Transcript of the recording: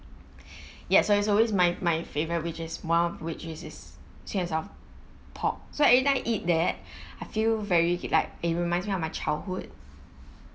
yeah so it's always my my favourite which is one of which is is sweet and sour pork so everytime I eat that I feel very good like it reminds me of my childhood